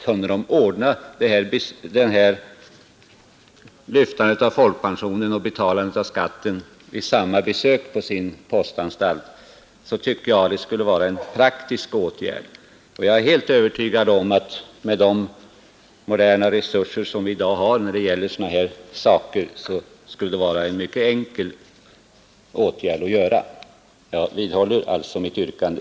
Kunde de ordna lyftandet av folkpensionen och betalandet av skatten vid samma besök på sin postanstalt, så tycker jag det skulle vara en praktisk åtgärd. Jag är helt övertygad om att med de moderna resurser som vi i dag har när det gäller sådana här saker skulle det vara en mycket enkel åtgärd att vidta. Jag vidhåller alltså mitt yrkande.